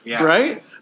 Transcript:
right